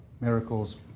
miracles